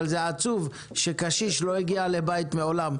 אבל זה עצוב שקשיש לא הגיע לבית מעולם,